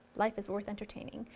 life is worth entertaining.